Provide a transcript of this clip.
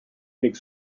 avec